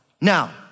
Now